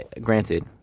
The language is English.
Granted